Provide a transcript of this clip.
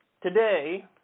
today